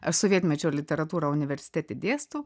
ar sovietmečio literatūrą universitete dėstau